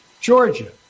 Georgia